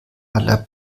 aller